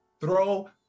Throw